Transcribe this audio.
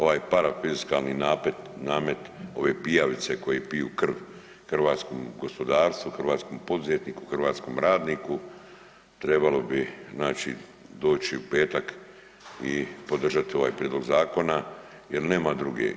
Ovaj parafiskalni namet, ove pijavice koje piju krv hrvatskom gospodarstvu, hrvatskom poduzetniku, hrvatskom radniku trebalo znači doći u petak i podržati ovaj prijedlog zakona jer nema druge.